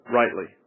rightly